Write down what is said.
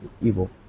evil